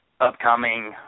upcoming